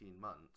months